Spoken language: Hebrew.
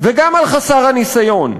וגם על חסר הניסיון.